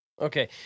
Okay